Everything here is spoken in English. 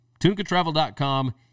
Tunicatravel.com